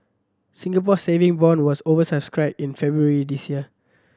Singapore Saving Bond was over subscribed in February this year